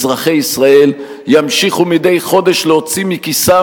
שאזרחי ישראל ימשיכו מדי חודש להוציא מכיסם,